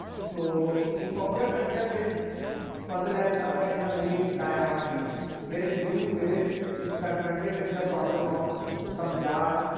so, in popular culture, this puzzle has occurred in the movie die-hard three wherein bruce willis is confronted with the problem of some jars,